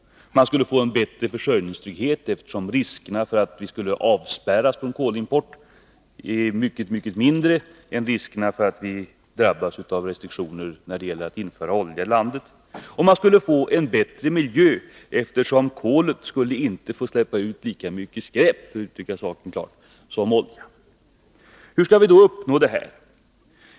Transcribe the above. Man skulle också få en bättre försörjningstrygghet, eftersom riskerna för att vi skall avskärmas från kolimport är mycket mindre än riskerna att vi i ett krisläge drabbas av problem att få olja till landet. Och man skulle få en bättre miljö, eftersom kolet inte skulle få släppa ut lika mycket skräp, för att uttrycka sig rakt på sak, som oljan. Hur skall vi då uppnå det här?